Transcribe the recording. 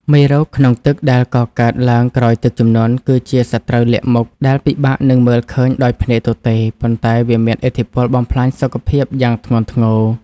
មេរោគក្នុងទឹកដែលកកើតឡើងក្រោយទឹកជំនន់ គឺជាសត្រូវលាក់មុខដែលពិបាកនឹងមើលឃើញដោយភ្នែកទទេ ប៉ុន្តែវាមានឥទ្ធិពលបំផ្លាញសុខភាពយ៉ាងធ្ងន់ធ្ងរ។